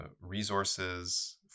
resources